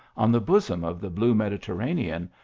on the bosom of the blue mediterranean,